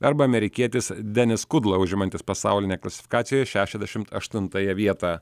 arba amerikietis denis kudla užimantis pasaulinė klasifikacijoj šešiasdešimt aštuntąją vietą